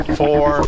four